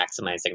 maximizing